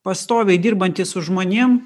pastoviai dirbantis su žmonėm